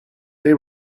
they